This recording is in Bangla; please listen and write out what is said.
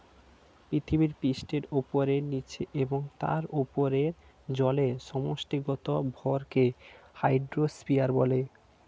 পৃথিবীপৃষ্ঠের উপরে, নীচে এবং তার উপরে জলের সমষ্টিগত ভরকে হাইড্রোস্ফিয়ার বলে